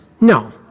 no